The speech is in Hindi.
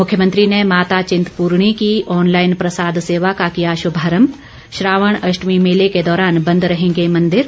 मुख्यमंत्री ने माता चिंतपूर्णी की ऑनलाईन प्रसाद सेवा का किया शुभारम्भ श्रावण अष्टमी मेले के दौरान बंद रहेंगे मंदिर